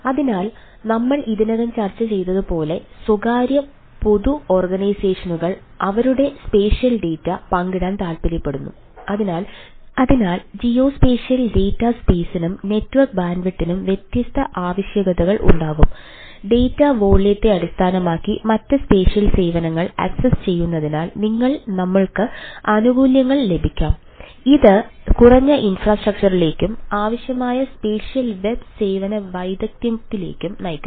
അതിനാൽ നമ്മൾ ഇതിനകം ചർച്ച ചെയ്തതുപോലെ സ്വകാര്യ പൊതു ഓർഗനൈസേഷനുകൾ അവരുടെ സ്പേഷ്യൽ ഡാറ്റ സേവന വൈദഗ്ധ്യത്തിലേക്കും നയിക്കുന്നു